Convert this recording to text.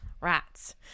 Rats